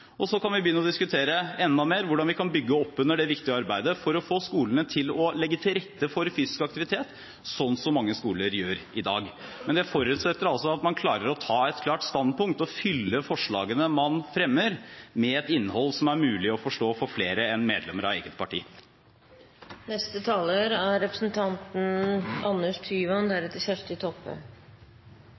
og så kan vi begynne å diskutere enda mer hvordan vi kan bygge opp under det viktige arbeidet for å få skolene til å legge til rette for fysisk aktivitet, slik mange skoler gjør i dag. Men det forutsetter at man klarer å ta et klart standpunkt og fylle forslagene man fremmer, med et innhold som er mulig å forstå for flere enn medlemmer av eget parti. Jeg føler bare behov for å klargjøre hva som ligger i forslaget Kristelig Folkeparti er med på, for jeg tolket representanten